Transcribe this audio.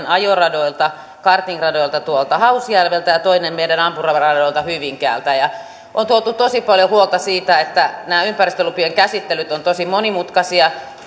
ajoradoilta kartingradoilta tuolta hausjärveltä ja toinen meidän ampumaradalta hyvinkäältä on tuotu tosi paljon huolta siitä että nämä ympäristölupien käsittelyt ovat tosi monimutkaisia